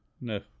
No